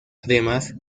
además